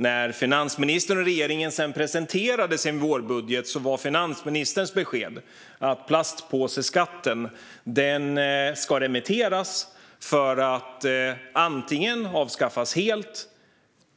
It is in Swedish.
När finansministern och regeringen sedan presenterade sin vårbudget var finansministerns besked att plastpåseskatten ska remitteras för att antingen avskaffas helt